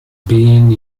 been